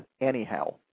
anyhow